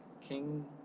king